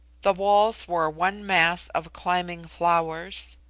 the walls were one mass of climbing flowers.